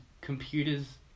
computers